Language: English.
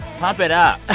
pump it up ah